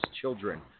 children